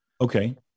Okay